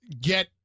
get –